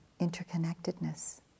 interconnectedness